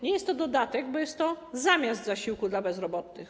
Nie jest to dodatek, bo jest to zamiast zasiłku dla bezrobotnych.